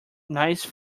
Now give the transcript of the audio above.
nice